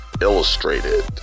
illustrated